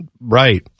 Right